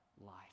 life